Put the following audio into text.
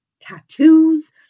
tattoos